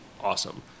awesome